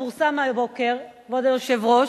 פורסם הבוקר, כבוד היושב-ראש,